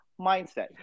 mindset